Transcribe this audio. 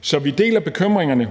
Så vi deler bekymringerne,